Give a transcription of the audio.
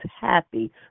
happy